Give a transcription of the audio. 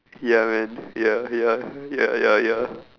ya man ya ya ya ya ya